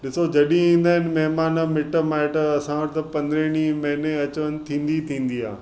ॾिसो जॾहिं ईंदा आहिनि महिमान मिटु माइटु असां वटि त पंद्रहें ॾींहं महिने अचु वञु थींदी ई थींदी आहे